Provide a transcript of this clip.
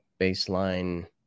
baseline